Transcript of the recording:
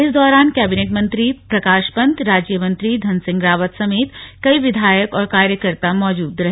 इस दौरान कैबिनेट मंत्री प्रकाश पंत राज्य मंत्री धन सिंह रावत समेत कई विधायक और कार्यकर्ता मौजूद रहे